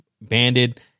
Banded